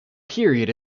period